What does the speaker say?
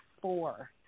four